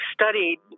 studied